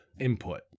input